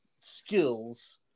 skills